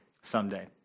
someday